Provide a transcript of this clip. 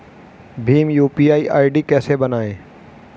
Bhim UPI ID कैसे बनाएं?